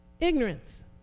Ignorance